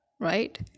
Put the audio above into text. right